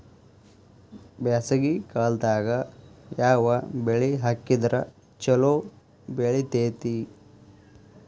ಬ್ಯಾಸಗಿ ಕಾಲದಾಗ ಯಾವ ಬೆಳಿ ಹಾಕಿದ್ರ ಛಲೋ ಬೆಳಿತೇತಿ?